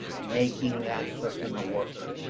making that person a worker.